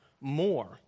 more